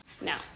Now